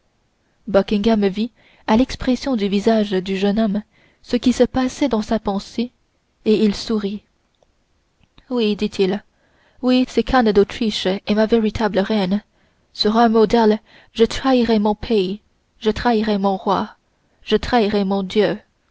vit à l'expression du visage du jeune homme ce qui se passait dans sa pensée et il sourit oui dit-il oui c'est qu'anne d'autriche est ma véritable reine sur un mot d'elle je trahirais mon pays je trahirais mon roi je trahirais mon dieu